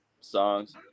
songs